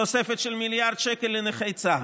תוספת של מיליארד שקל לנכי צה"ל,